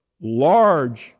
large